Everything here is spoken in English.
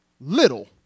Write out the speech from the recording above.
little